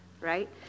Right